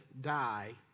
die